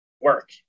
work